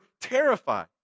terrified